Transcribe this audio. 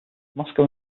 moscow